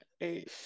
eight